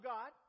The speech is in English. God